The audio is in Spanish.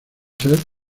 ser